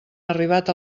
arribat